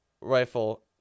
rifle